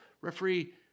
referee